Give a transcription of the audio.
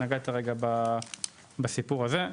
נגעת רגע בסיפור הזה,